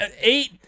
eight